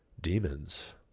demons